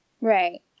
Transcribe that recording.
Right